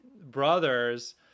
brothers